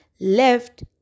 left